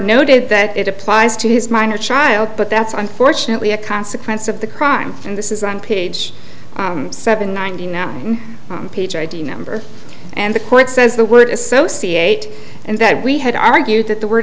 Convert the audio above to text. noted that it applies to his minor child but that's unfortunately a consequence of the crime and this is on page seven ninety nine page id number and the court says the word associate and that we had argued that the word